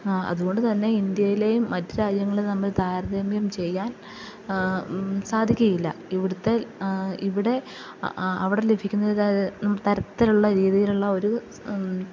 അതുകൊണ്ട് തന്നെ ഇൻഡ്യയിലെയും മറ്റു രാജ്യങ്ങളിലെയും തമ്മിൽ താരതമ്യം ചെയ്യാൻ സാധിക്കുകയില്ല ഇവിടുത്തെ ഇവിടെ അവിടെ ലഭിക്കുന്ന തരത്തിലുള്ള രീതിയിലുള്ള ഒരു